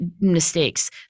mistakes